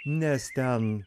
nes ten